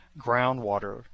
groundwater